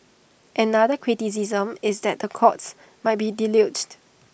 another criticism is that the courts might be deluged